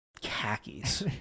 khakis